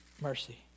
mercy